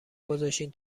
گذاشتین